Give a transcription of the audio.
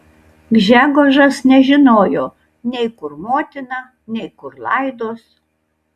gžegožas nežinojo nei kur motina nei kur laidos